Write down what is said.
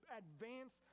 advance